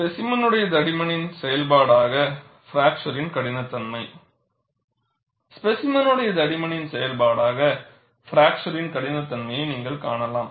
ஸ்பெசிமெனுடைய தடிமனின் செயல்பாடக ஃப்ராக்சரின் கடினத்தன்மை ஸ்பெசிமெனுடைய தடிமனின் செயல்பாடக ஃப்ராக்சரின் கடினத்தன்மையை நீங்கள் காணலாம்